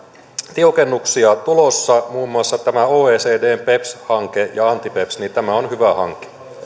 tiukennuksia on tulossa muun muassa oecdn beps hanke ja anti beps tämä on hyvä hanke